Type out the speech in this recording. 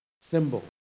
symbol